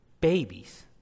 babies